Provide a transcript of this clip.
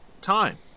time